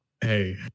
hey